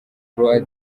croix